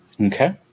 Okay